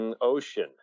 Ocean